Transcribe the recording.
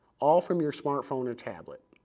all from your smartphone or tablet.